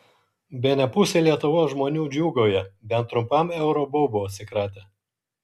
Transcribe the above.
bene pusė lietuvos žmonių džiūgauja bent trumpam euro baubo atsikratę